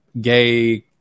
gay